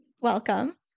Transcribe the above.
Welcome